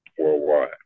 worldwide